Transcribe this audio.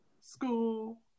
school